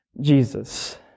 Jesus